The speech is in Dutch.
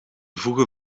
voegen